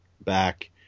back